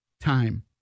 time